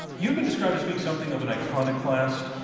you've been described as being something of an iconoclast.